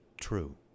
true